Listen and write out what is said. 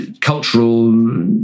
cultural